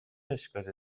اشکالی